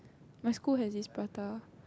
my school has this prata